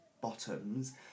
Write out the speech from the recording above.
bottoms